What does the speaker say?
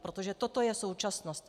Protože toto je současnost.